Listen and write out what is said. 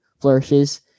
flourishes